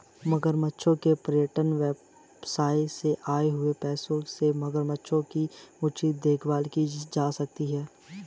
मगरमच्छों के पर्यटन व्यवसाय से आए हुए पैसों से मगरमच्छों की उचित देखभाल की जा सकती है